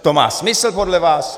To má smysl podle vás?